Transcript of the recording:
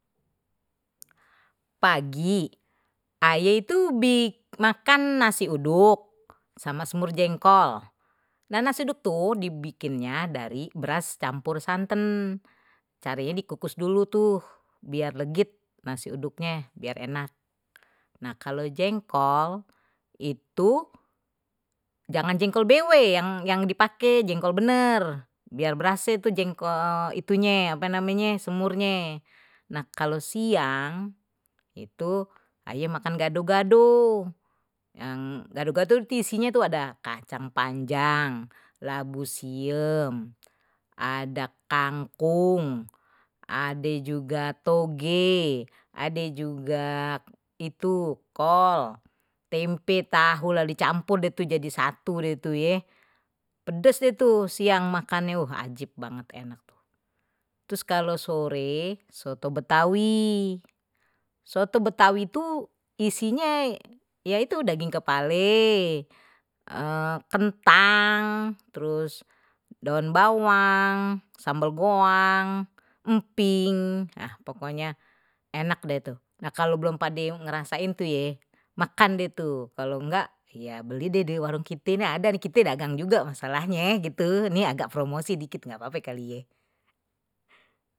Pagi aye itu makan nasi uduk sama semur jengkol, nasi uduk tuh dibikinnye dari beras campur santen, carenye dikukus dulu tuh biar legit nasi uduknya biar enak nah kalau jengkol itu jangan jengkol bw yang yang dipakai jengkol benar biar berase itu jengkol itunya apa namanya sumurnya, nah kalau siang itu aye makan gado-gado isinya tuh ada kacang panjang. labu siem, ada kangkong, ada juga toge ade juga itu kol tempe tahu lalu dicampur itu jadi satu deh tu ye pedes deh, siang makannya ajib banget enak. terus kalau sore soto betawi, soto betawi itu isinya ya itu daging kepaling kentang terus daun bawang sambal goang emping ah pokoknya enak deh tuh nah kalau belum pade ngerasain tuh ye makan dia tuh kalau enggak ya beli deh di warung kite nih ada nih kite dagang juga masalahnya gitu ini agak promosi dikit enggak apa-apa kali ye.